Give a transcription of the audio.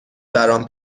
برام